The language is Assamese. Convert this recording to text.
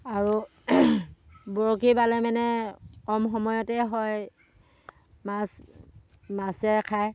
আৰু বৰশী বালে মানে কম সময়তে হয় মাছ মাছে খায়